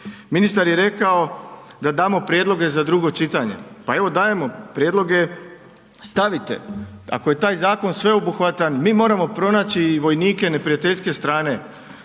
Ministar je rekao da damo prijedloge za drugo čitanje. Pa evo, dajemo prijedloge, stavite, ako je taj zakon sveobuhvatan, mi moramo pronaći i vojnike neprijateljske strane,